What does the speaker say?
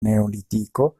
neolitiko